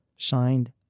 Signed